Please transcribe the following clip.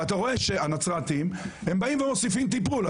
-- ואתה רואה שהם באים ומוסיפים טיפול.